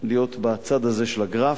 להיות בצד הזה של הגרף,